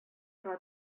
тора